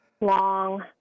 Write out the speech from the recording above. long